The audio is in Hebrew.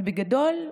אבל בגדול,